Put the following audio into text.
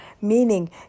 meaning